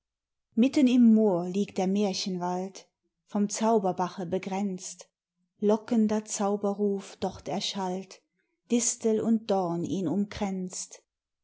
mitten im moor liegt der märchenwald vom zauberbache begrenzt lockender zauberruf dort erschallt distel und dorn ihn umkränzt